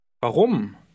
Warum